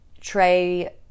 Trey